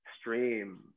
stream